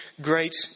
great